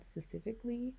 specifically